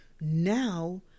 now